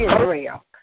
Israel